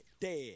dead